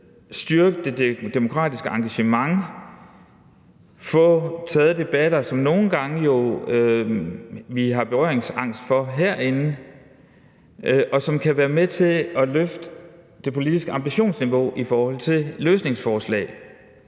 styrke det demokratiske engagement og få taget debatter, som vi nogle gange har berøringsangst over for herinde, hvilket kan være med til at løfte det politiske ambitionsniveau i forhold til løsningsforslag.